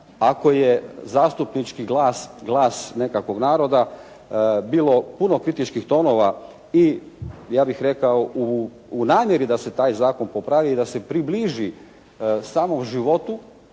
ako je zastupnički glas, glas nekakvog naroda, bilo puno kritičkih tonova i, ja bih rekao u namjeri da se taj zakon popravi i da se približi samom životu,